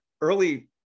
early